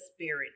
spirit